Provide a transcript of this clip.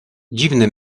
dziwne